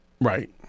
Right